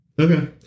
Okay